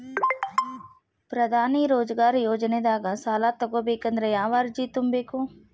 ಪ್ರಧಾನಮಂತ್ರಿ ರೋಜಗಾರ್ ಯೋಜನೆದಾಗ ಸಾಲ ತೊಗೋಬೇಕಂದ್ರ ಯಾವ ಅರ್ಜಿ ತುಂಬೇಕು?